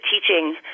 teaching